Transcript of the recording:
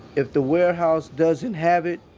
if the warehouse doesn't have it,